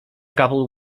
couple